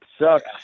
sucks